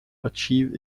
achieve